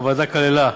הוועדה כללה,